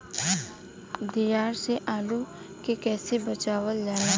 दियार से आलू के कइसे बचावल जाला?